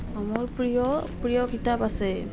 মোৰ প্ৰিয় প্ৰিয় কিতাপ আছে